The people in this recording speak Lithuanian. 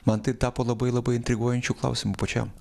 man tai tapo labai labai intriguojančiu klausimu pačiam